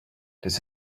this